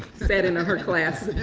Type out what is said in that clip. sat in ah her class,